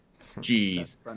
Jeez